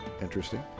Interesting